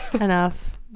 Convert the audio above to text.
enough